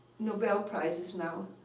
nobel prizes now,